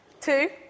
Two